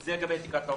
זה לגבי תקרת ההוצאות.